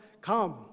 come